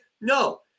No